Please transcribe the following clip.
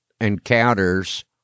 encounters